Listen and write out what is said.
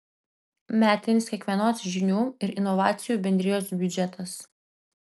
metinis kiekvienos žinių ir inovacijų bendrijos biudžetas